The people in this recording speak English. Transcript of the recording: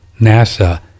NASA